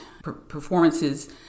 performances